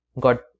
got